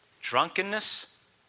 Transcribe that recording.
drunkenness